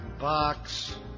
box